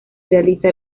realiza